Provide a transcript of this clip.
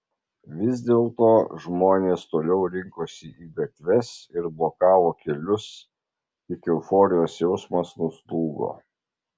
vis dėlto žmonės toliau rinkosi į gatves ir blokavo kelius tik euforijos jausmas nuslūgo